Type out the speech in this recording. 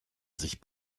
sich